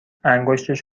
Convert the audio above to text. انگشتش